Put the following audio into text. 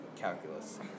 Calculus